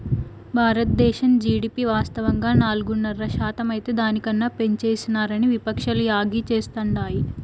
బారద్దేశం జీడీపి వాస్తవంగా నాలుగున్నర శాతమైతే దాని కన్నా పెంచేసినారని విపక్షాలు యాగీ చేస్తాండాయి